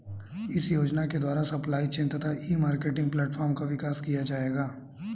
इस योजना के द्वारा सप्लाई चेन तथा ई मार्केटिंग प्लेटफार्म का विकास किया जाएगा